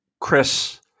Chris